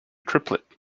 triplet